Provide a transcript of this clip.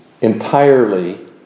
entirely